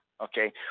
Okay